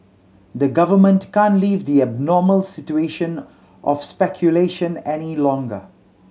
the government can't leave the abnormal situation of speculation any longer